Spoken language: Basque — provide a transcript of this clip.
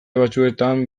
batzuetan